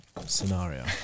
Scenario